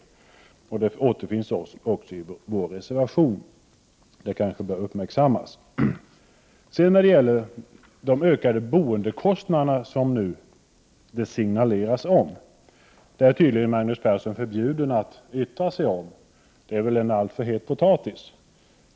Detta finns att läsa i vår reservation. — Prot. 1988/89:100 Det kanske bör uppmärksammas. 20 april 1989 Sedan till de ökade boendekostnaderna, som det nu signaleras om. Där är tydligen Magnus Persson förbjuden att yttra sig; det är väl en alltför het potatis.